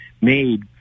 made